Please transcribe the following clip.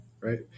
right